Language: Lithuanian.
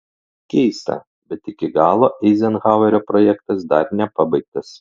keista bet iki galo eizenhauerio projektas dar nepabaigtas